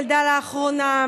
שילדה לאחרונה,